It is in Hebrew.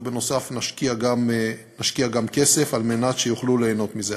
ובנוסף נשקיע גם כסף על מנת שיוכלו ליהנות מזה.